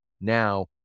now